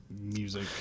music